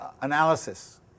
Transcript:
analysis